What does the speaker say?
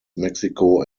mexico